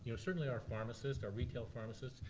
you know certainly our pharmacists, our retail pharmacists,